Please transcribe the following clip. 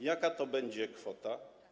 Jaka to będzie kwota?